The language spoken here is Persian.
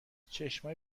چشمای